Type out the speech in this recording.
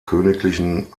königlichen